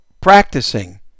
Practicing